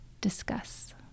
Discuss